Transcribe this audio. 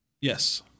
Yes